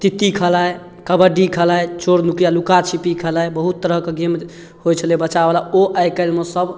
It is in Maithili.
कितकित खेलाइ कबड्डी खेलाइ चोर नुकैआ लुकाछुपी खेलाइ बहुत तरहके गेम होइ छलै बच्चावला ओ आइकाल्हिमे सब